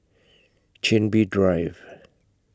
Chin Bee Drive